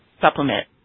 supplement